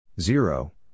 Zero